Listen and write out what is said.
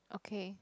okay